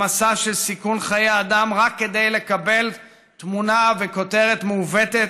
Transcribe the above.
למסע של סיכון חיי אדם רק כדי לקבל תמונה וכותרת מעוותת,